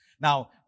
Now